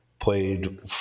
Played